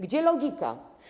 Gdzie logika?